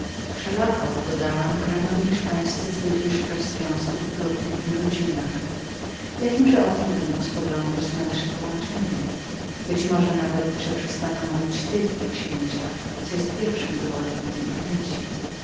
wszelako dodałam grandowie hiszpańscy zwykli szukać związków w równych im rodzinach jakiemże okiem będą spoglądali na nasze połączenie być może nawet że przestaną mówić ty do księcia co jest pierwszym dowodem ich niechęci